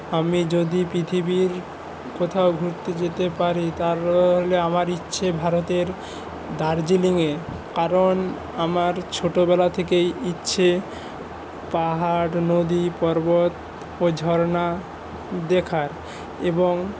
আমি যদি পৃথিবীর কোথাও ঘুরতে যেতে পারি তাহলে আমার ইচ্ছে ভারতের দার্জিলিঙে কারণ আমার ছোটবেলা থেকে ইচ্ছে পাহাড় নদী পর্বত ও ঝর্ণা দেখার এবং